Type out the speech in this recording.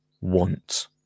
want